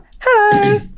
Hello